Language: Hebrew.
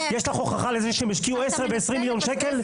יש לך הוכחה לזה שהם השקיעו 10-20 מיליון שקלים?